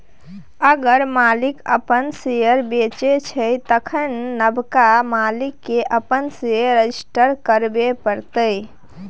अगर मालिक अपन शेयर बेचै छै तखन नबका मालिक केँ अपन शेयर रजिस्टर करबे परतै